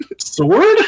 Sword